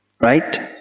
right